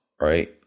right